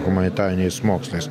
humanitariniais mokslais